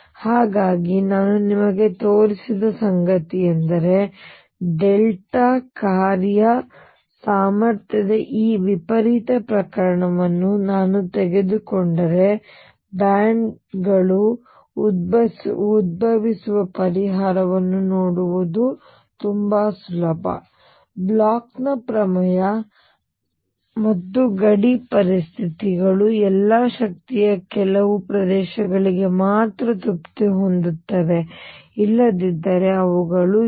ಹಾಗಾಗಿ ನಾನು ನಿಮಗೆ ತೋರಿಸಿದ ಸಂಗತಿಯೆಂದರೆ ಡೆಲ್ಟಾ ಕಾರ್ಯ ಸಾಮರ್ಥ್ಯದ ಈ ವಿಪರೀತ ಪ್ರಕರಣವನ್ನು ನಾನು ತೆಗೆದುಕೊಂಡರೆ ಬ್ಯಾಂಡ್ಗಳು ಉದ್ಭವಿಸುವ ಪರಿಹಾರವನ್ನು ನೋಡುವುದು ತುಂಬಾ ಸುಲಭ ಬ್ಲೋಚ್ನ ಪ್ರಮೇಯ ಮತ್ತು ಗಡಿ ಪರಿಸ್ಥಿತಿಗಳು ಎಲ್ಲಾ ಶಕ್ತಿಯ ಕೆಲವು ಪ್ರದೇಶಗಳಿಗೆ ಮಾತ್ರ ತೃಪ್ತಿ ಹೊಂದುತ್ತವೆ ಇಲ್ಲದಿದ್ದರೆ ಅವುಗಳು ಅಲ್ಲ